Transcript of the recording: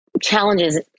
challenges